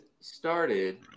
started